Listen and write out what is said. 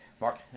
Mark